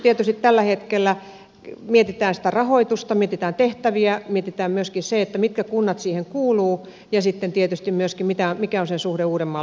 tietysti tällä hetkellä mietitään sitä rahoitusta mietitään tehtäviä mietitään myöskin sitä mitkä kunnat siihen kuuluvat ja sitten tietysti myöskin mikä on sen suhde uudenmaan liittoon